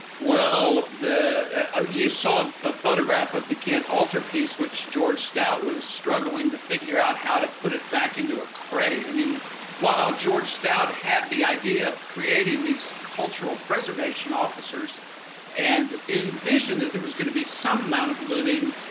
well, ah you saw the photograph, of the altarpiece which george stout was struggling to figure out how to put it back into a crate. i mean while george stout had the idea of creating these cultural preservation officers and envisioned that there was going to be some amount of looting.